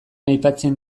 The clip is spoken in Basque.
aipatzen